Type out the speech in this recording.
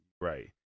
Right